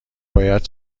باید